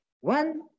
One